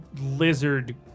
lizard